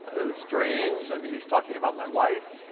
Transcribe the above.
it was strange, i mean, he's talking about my wife.